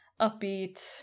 upbeat